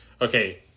Okay